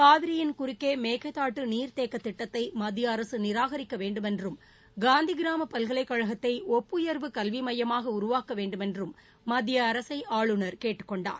காவிரியின் குறுக்கே மேகேதாட்டு நீர்த்தேக்க திட்டத்தை மத்திய அரசு நிராகரிக்க வேண்டும் என்றும் காந்திகிராம பல்கலைக்கழகத்தை ஒப்புயர்வு கல்வி மையமாக உருவாக்க வேண்டும் என்றும் மத்திய அரசை ஆளுநர் கேட்டுக்கொண்டார்